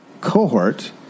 Cohort